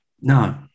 no